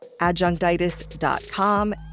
adjunctitis.com